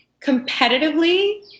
competitively